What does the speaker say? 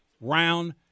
round